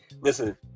listen